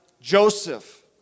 Joseph